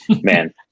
man